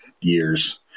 years